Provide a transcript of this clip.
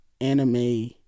anime